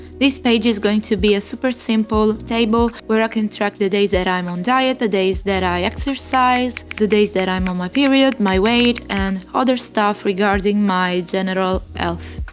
this page is going to be a super simple table where i can track the days that i'm on diet, the days that i exercise, the days that i'm on my period, my weight and other stuff regarding my general health.